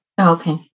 Okay